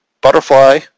butterfly